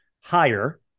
higher